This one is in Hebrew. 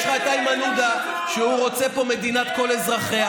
יש לך את איימן עודה, שרוצה פה מדינת כל אזרחיה.